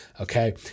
Okay